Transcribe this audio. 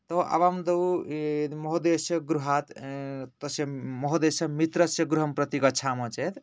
तो आवां द्वौ महोदयस्य गृहात् तस्य महोदयस्य मित्रस्य गृहं प्रति गच्छामः चेत्